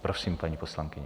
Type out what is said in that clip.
Prosím, paní poslankyně.